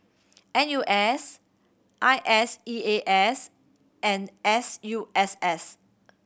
N U S I S E A S and S U S S